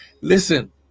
Listen